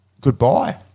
goodbye